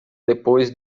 depois